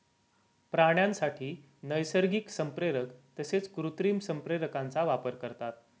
प्राण्यांसाठी नैसर्गिक संप्रेरक तसेच कृत्रिम संप्रेरकांचा वापर करतात